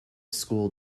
school